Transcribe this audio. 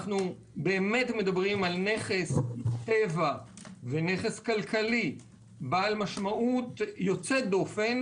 אנחנו באמת מדברים על נכס טבע ונכס כלכלי בעל משמעות יוצאת דופן.